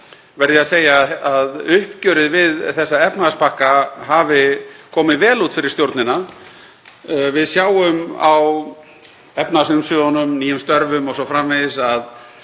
verð ég að segja að uppgjörið við þessa efnahagspakka hafi komið vel út fyrir stjórnina. Við sjáum á efnahagsumsvifunum, nýjum störfum o.s.frv. að